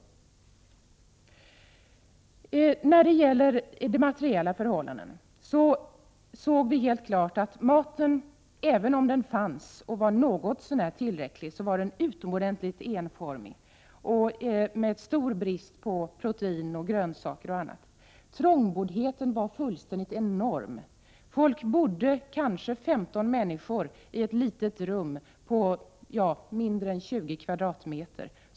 dör När det gäller de materiella förhållandena såg vi helt klart att maten, även om den fanns i något så när tillräckliga mängder, var utomordentligt enformig med stor brist på protein och grönsaker. Trångboddheten var också mycket svår. Det bodde kanske 15 människor i ett litet rum på mindre än 20 kvadratmeter.